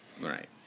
right